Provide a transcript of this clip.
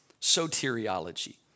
soteriology